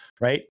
right